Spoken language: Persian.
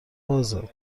بازه